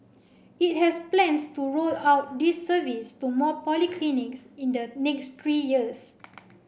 it has plans to roll out this service to more polyclinics in the next years